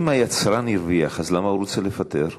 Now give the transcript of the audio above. אם היצרן הרוויח, אז למה הוא רוצה לפטר?